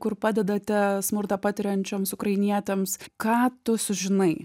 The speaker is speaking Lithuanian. kur padedate smurtą patiriančioms ukrainietėms ką tu sužinai